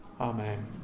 Amen